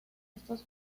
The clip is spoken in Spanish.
estos